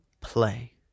play